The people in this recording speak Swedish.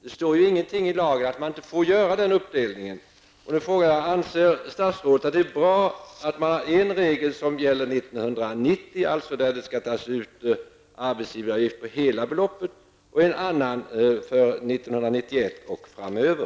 Det står ju ingenting i lagen om att man inte får göra den uppdelningen. Anser statsrådet att det är bra att man har en regel som gäller år 1990, där det skall tas ut arbetsgivaravgift på hela beloppet, och en annan för år 1991 och framöver?